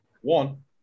One